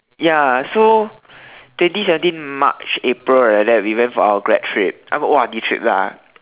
ya so twenty seventeen March April like that we went for our grad trip our O_R_D trips lah